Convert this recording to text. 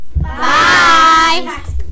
Bye